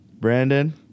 Brandon